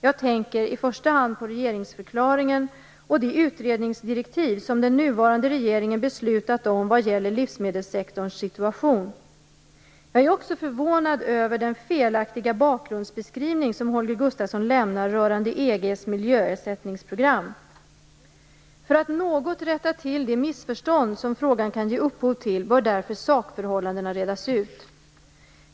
Jag tänker i första hand på regeringsförklaringen och de utredningsdirektiv som den nuvarande regeringen beslutat om vad gäller livsmedelssektorns situation. Jag är också förvånad över den felaktiga bakgrundsbeskrivning som Holger Gustafsson lämnar rörande EG:s miljöersättningsprogram. För att något rätta till de missförstånd som frågan kan ge upphov till bör därför sakförhållandena redas ut.